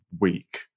week